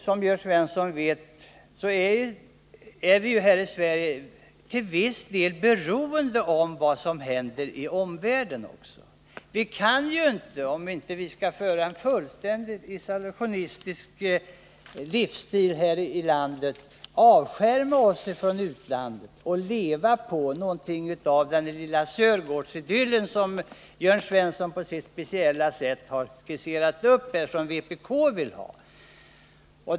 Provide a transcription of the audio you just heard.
Som Jörn Svensson vet är vi här i Sverige till viss del beroende av vad som händer i omvärlden. Och vi kan inte — om vi inte skall hålla oss till en fullständigt isolationistisk livsstil här i landet — avskärma oss från utlandet och leva i en sådan liten Sörgårdsidyll som Jörn Svensson på sitt speciella sätt har skisserat upp här och som vpk vill ha.